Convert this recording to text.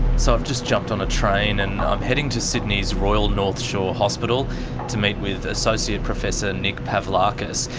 so i've just jumped on a train and i'm heading to sydney's royal north shore hospital to meet with associate professor nick pavlakis.